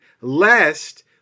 lest